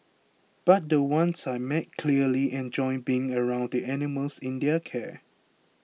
but the ones I meet clearly enjoy being around the animals in their care